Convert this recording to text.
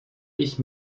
ich